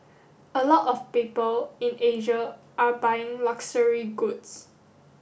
a lot of people in Asia are buying luxury goods